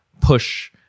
push